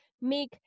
make